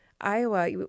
Iowa